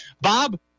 Bob